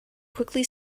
quickly